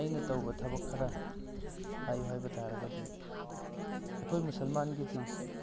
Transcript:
ꯑꯩꯅ ꯇꯧꯕ ꯊꯕꯛ ꯈꯔ ꯍꯥꯏꯌꯨ ꯍꯥꯏꯕ ꯇꯥꯔꯒꯗꯤ ꯑꯩꯈꯣꯏ ꯃꯨꯁꯜꯃꯥꯟꯒꯤꯗꯤ